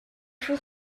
faut